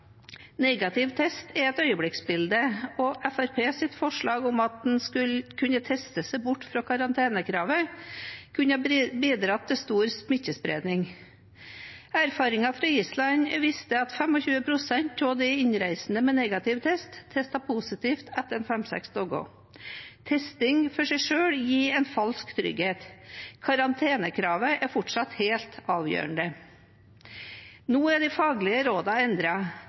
Negativ test er et øyeblikksbilde, og Fremskrittspartiets forslag om at en skulle kunne teste seg bort fra karantenekravet, kunne ha bidratt til stor smittespredning. Erfaringer fra Island viste at 25 pst. av de innreisende med negativ test testet positivt etter fem–seks dager. Testing i seg selv gir en falsk trygghet. Karantenekravet er fortsatt helt avgjørende. Nå er de faglige